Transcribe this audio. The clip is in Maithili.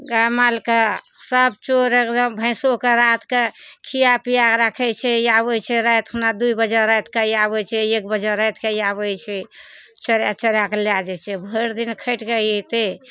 गैया मालके सब चोर एकदम भैंसोके राति कऽ खिआ पिआके राखय छै आबय छै राति खुना दूइ बजे राति कऽ आबय छै एक बजे रातिके ई आबय छै चोराय चोराय कऽ लै जाइ छै भइर दिन खटि कऽ एतय